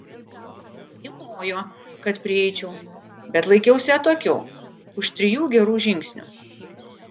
ji mojo kad prieičiau bet laikiausi atokiau už trijų gerų žingsnių